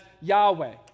Yahweh